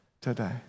today